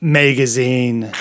magazine